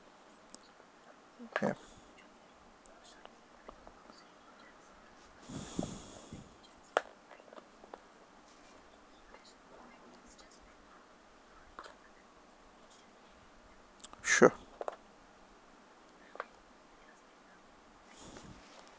yeah sure